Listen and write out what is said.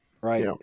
Right